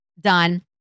done